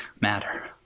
matter